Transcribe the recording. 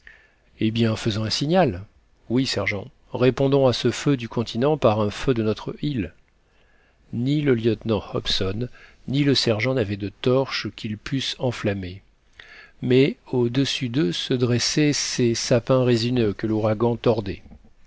eh bien faisons un signal oui sergent répondons à ce feu du continent par un feu de notre île ni le lieutenant hobson ni le sergent n'avaient de torche qu'ils pussent enflammer mais au-dessus d'eux se dressaient ces sapins résineux que l'ouragan tordait